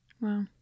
Wow